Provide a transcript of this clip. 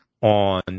on